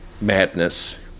madness